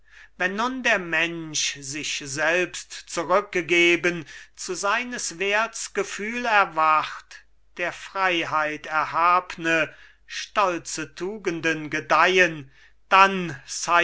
wenn nun der mensch sich selbst zurückgegeben zu seines werts gefühl erwacht der freiheit erhabne stolze tugenden gedeihen dann